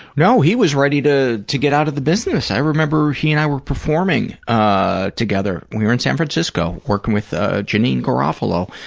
no. he was ready to to get out of the business. i remember he and i were performing ah together. we were in san francisco, working with ah janeane garofalo,